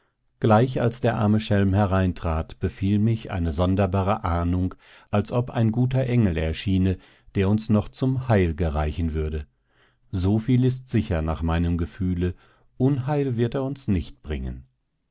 gleich als der arme schelm hereintrat befiel mich eine sonderbare ahnung als ob ein guter engel erschiene der uns noch zum heil gereichen würde soviel ist sicher nach meinem gefühle unheil wird er uns nicht bringen